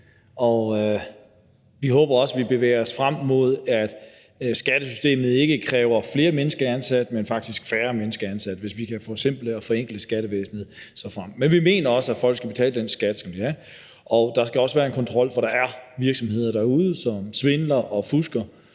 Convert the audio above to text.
håber, at vi bevæger os frem imod, at skattesystemet ikke kræver flere mennesker ansat, men faktisk færre mennesker ansat, hvis vi f.eks. kan forenkle skattevæsenet. Men vi mener også, at folk skal betale den skat, som de skal, og at der også skal være en kontrol, for der er virksomheder derude, som svindler og fusker,